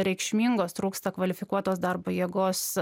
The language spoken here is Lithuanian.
reikšmingos trūksta kvalifikuotos darbo jėgos